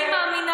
אני מאמינה,